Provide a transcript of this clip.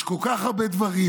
יש כל כך הרבה דברים.